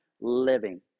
living